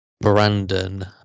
Brandon